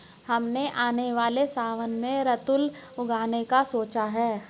हमने आने वाले सावन में रतालू उगाने का सोचा है